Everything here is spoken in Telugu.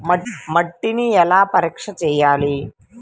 మట్టిని ఎలా పరీక్ష చేయాలి?